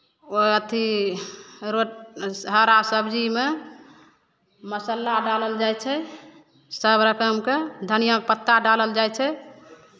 ओ अथि रो हरा सबजीमे मसाला डालल जाइ छै सभ रकमके धनियाँके पत्ता डालल जाइ छै